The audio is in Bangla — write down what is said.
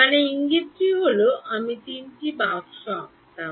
মানে ইঙ্গিতটি হল আমি তিনটি বাক্স আঁকতাম